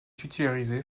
titularisé